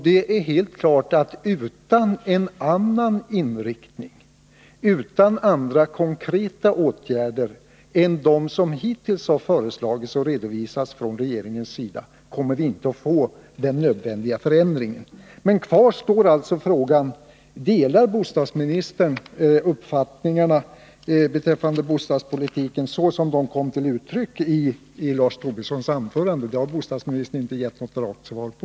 Det är helt klart att utan en annan inriktning och utan andra konkreta åtgärder än dem som hittills har föreslagits och redovisats av regeringen kommer vi inte att få den förändring som är nödvändig. Kvar står alltså frågan: Delar bostadsministern uppfattningarna beträffande bostadspolitiken såsom de kom till uttryck i Lars Tobissons anförande? Den frågan har bostadsministern inte gett något rakt svar på.